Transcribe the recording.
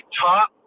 top